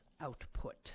output